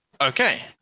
Okay